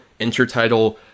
intertitle